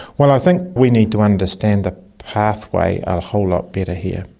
well, i think we need to understand the pathway a whole lot better here.